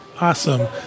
Awesome